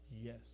Yes